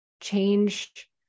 change